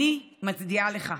אני מצדיעה לך.